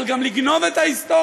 אבל גם לגנוב את ההיסטוריה?